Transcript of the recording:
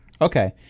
Okay